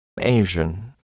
Asian